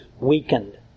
weakened